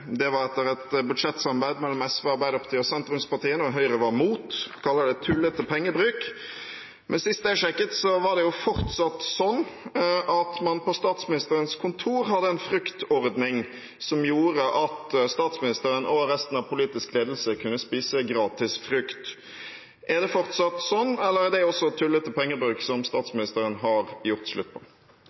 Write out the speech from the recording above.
Det skjedde etter et budsjettsamarbeid mellom SV, Arbeiderpartiet og sentrumspartiene. Høyre var imot det og kalte det en tullete pengebruk. Men sist jeg sjekket, hadde man på Statsministerens kontor fortsatt en fruktordning, som gjorde at statsministeren og resten av den politiske ledelsen kunne spise gratis frukt. Er det fortsatt slik, eller er det også tullete pengebruk som statsministeren har gjort slutt på?